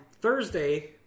Thursday